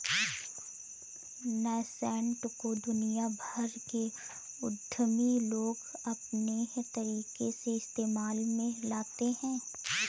nascent को दुनिया भर के उद्यमी लोग अपने तरीके से इस्तेमाल में लाते हैं